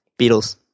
Beatles